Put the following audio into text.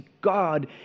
God